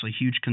huge